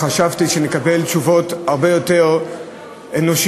חשבתי שנקבל תשובות הרבה יותר אנושיות,